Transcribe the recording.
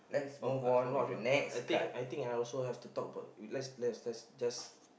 oh I forgot I'm not I think I think I also have to talk about let's let's let's just